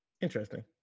Interesting